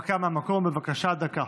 הנמקה מהמקום, בבקשה, דקה.